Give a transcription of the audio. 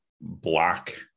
black